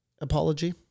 apology